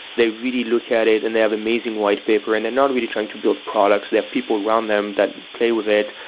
they really look at it and they have amazing white paper and they're not really trying to build products. they have people around them that play with it.